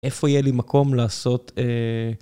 איפה יהיה לי מקום לעשות...